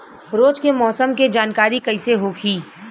रोज के मौसम के जानकारी कइसे होखि?